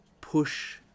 push